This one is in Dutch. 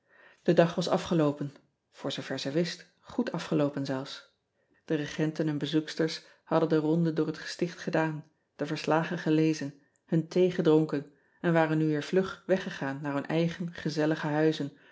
e dag was afgeloopen voor zoover zij wist goed afgeloopen zelfs e regenten en bezoeksters hadden de ronde door het gesticht gedaan de verslagen gelezen hun thee gedronken en waren nu weer vlug weggegaan naar hun eigen gezellige huizen